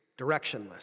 directionless